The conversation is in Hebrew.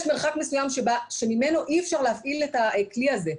יש מרחק מסוים שממנו אי אפשר להפעיל את הכלי זה.